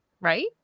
right